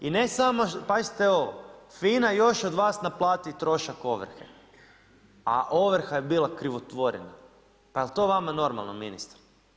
I ne samo, pazite ovo, FINA još od vas naplati trošak ovrhe a ovrha je bila krivotvorena, pa je li to vama normalno ministre?